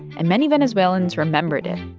and many venezuelans remembered it,